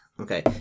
Okay